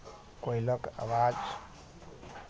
कोयलक आवाज